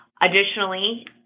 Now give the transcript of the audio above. Additionally